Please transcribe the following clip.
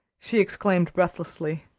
she exclaimed breathlessly.